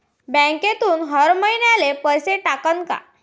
बँकेतून हर महिन्याले पैसा कटन का?